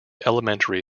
elementary